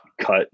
cut